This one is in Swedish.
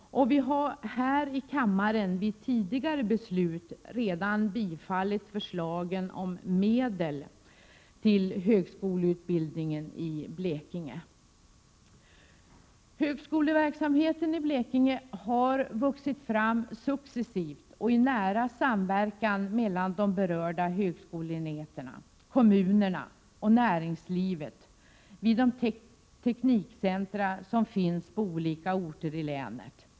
Vi har här i kammaren genom tidigare beslut redan bifallit förslagen om medel till högskoleutbildningen i Blekinge. Högskoleverksamheten i Blekinge har vuxit fram successivt och i nära samverkan mellan de berörda högskoleenheterna, kommunerna och näringslivet vid de teknikcentra som finns på olika orter i länet.